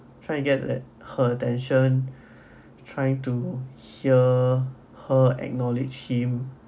try to get that her attention trying to hear her acknowledge him